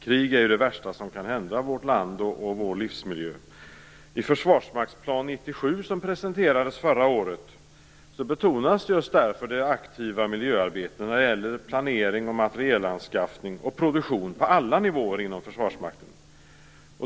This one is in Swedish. Krig är det värsta som kan hända vårt land och vår livsmiljö. I Försvarsmaktsplan 97, som presenterades förra året betonas just därför det aktiva miljöarbetet när det gäller planering, materielanskaffning och produktion på alla nivåer inom Försvarsmakten.